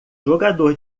jogador